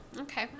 Okay